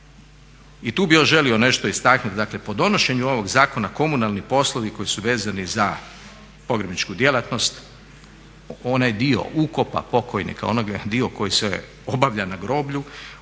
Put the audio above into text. I tu bih još želio nešto istaknuti, dakle po donošenju ovog zakona komunalni poslovi koji su vezani za pogrebničku djelatnost, onaj dio ukopa pokojnika, onaj dio koji se obavlja na groblju